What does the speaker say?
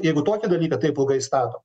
jeigu tokį dalyką taip ilgai stato